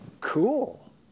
cool